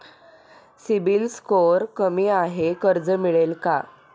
CIBIL score कमी आहे कर्ज मिळेल का?